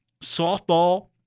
Softball